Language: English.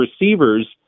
receivers